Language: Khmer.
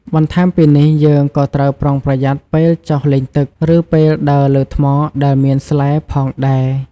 បន្ថែមពីនេះ យើងក៏ត្រូវប្រុងប្រយ័ត្នពេលចុះលេងទឹក ឬពេលដើរលើថ្មដែលមានស្លែផងដែរ។